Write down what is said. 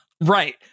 Right